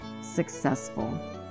successful